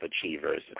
achievers